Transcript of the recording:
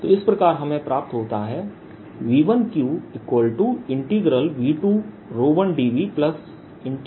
तो इस प्रकार हमें प्राप्त होता है V1qV21dVV2surface1ds